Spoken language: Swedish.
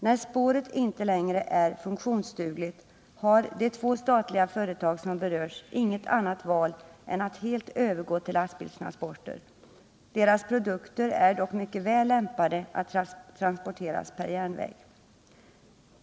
När spåret inte längre är funktionsdugligt, har de två statliga företag som berörs inget annat val än att helt övergå till lastbilstransporter. Deras produkter är dock mycket väl lämpade att transporteras per järnväg.